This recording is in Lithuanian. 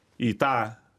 į tą